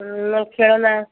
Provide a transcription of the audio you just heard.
ହୁଁ ଖେଳନା